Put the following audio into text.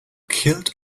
killed